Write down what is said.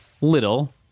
little